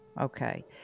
Okay